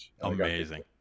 Amazing